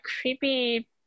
creepy